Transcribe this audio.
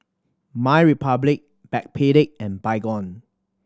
MyRepublic Backpedic and Baygon